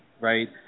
right